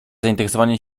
zainteresowanie